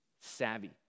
savvy